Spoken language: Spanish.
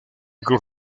cruz